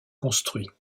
construit